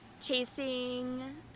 Chasing